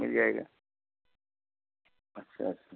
मिल जाएगा अच्छा अच्छा